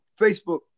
Facebook